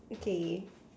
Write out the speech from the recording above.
okay